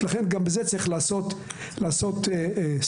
לכן גם בזה צריך לעשות סדר.